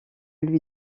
lui